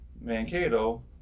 Mankato